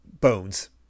bones